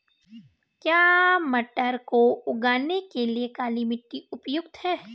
क्या मटर को उगाने के लिए काली मिट्टी उपयुक्त है?